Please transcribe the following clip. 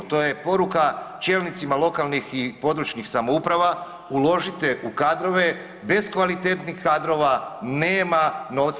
To je poruka čelnicima lokalnih i područnih samouprava, uložite u kadrove, bez kvalitetnih kadrova nema novca.